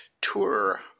tour